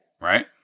Right